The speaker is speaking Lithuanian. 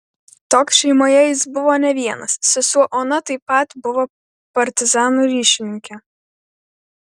toks šeimoje jis buvo ne vienas sesuo ona taip pat buvo partizanų ryšininkė